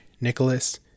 Nicholas